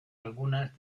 algunas